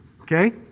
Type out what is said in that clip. Okay